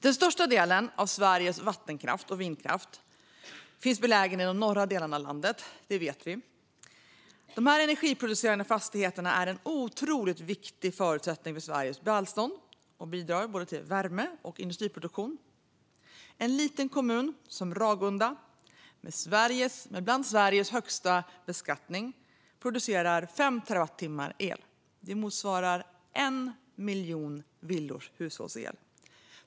Den största delen av Sveriges vattenkraft och vindkraft produceras i de norra delarna av landet. Det vet vi. Dessa energiproducerande fastigheter är en otroligt viktig förutsättning för Sveriges välstånd och bidrar till både värme och industriproduktion. I en liten kommun som Ragunda, som har bland Sveriges högsta beskattning, produceras 5 terawattimmar el. Det motsvarar hushållsel för 1 miljon villor.